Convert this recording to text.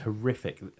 horrific